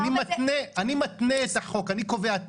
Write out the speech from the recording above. אני מתנה --- אי אפשר מאחר שזה --- אני מתנה את החוק,